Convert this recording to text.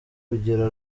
kugira